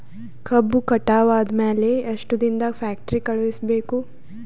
ಕಬ್ಬು ಕಟಾವ ಆದ ಮ್ಯಾಲೆ ಎಷ್ಟು ದಿನದಾಗ ಫ್ಯಾಕ್ಟರಿ ಕಳುಹಿಸಬೇಕು?